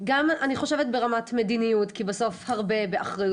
גם אני חושבת שברמת מדיניות כי בסוף באחריות